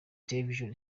television